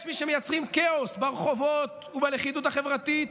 יש מי שמייצרים כאוס ברחובות ובלכידות החברתית